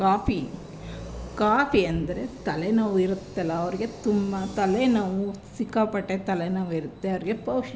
coffee coffee ಅಂದರೆ ತಲೆ ನೋವು ಇರುತ್ತಲ್ಲ ಅವರಿಗೆ ತುಂಬ ತಲೆನೋವು ಸಿಕ್ಕಾಪಟ್ಟೆ ತಲೆನೋವು ಇರುತ್ತೆ ಅವರಿಗೆ ಪುಷ್ಟಿ